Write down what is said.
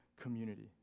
community